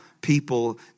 people